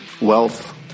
wealth